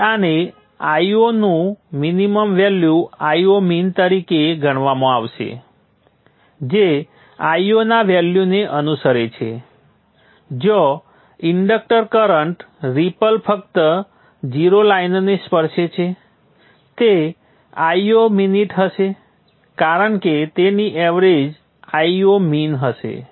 તેથી આને Io નું મિનિમમ વેલ્યુ Io min તરીકે ગણવામાં આવશે જે Io ના વેલ્યુને અનુસરે છે જ્યાં ઇન્ડક્ટર કરન્ટ રિપલ ફક્ત 0 લાઇનને સ્પર્શે છે તે Io મિનિટ હશે કારણ કે તેની એવરેજ Io min હશે